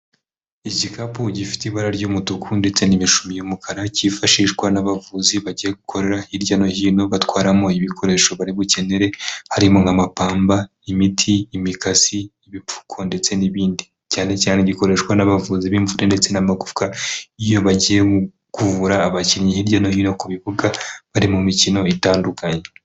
Igikapu gifite ibara ry'umutuku ndetse n'imishumi y'umukara cyifashishwa n'abavuzi bagiye gukorera hirya no hino batwaramo ibikoresho bari bukenere harimo nk'amapamba , imiti , imikasi , ibipfuko ndetse n'ibindi cyane cyane gikoreshwa n'abavuzi b'imvune ndetse n'amagufwa iyo bagiye nko kuvura abakinnyi hirya no hino ku bibuga bari mu mikino itandukanye.